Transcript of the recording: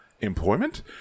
employment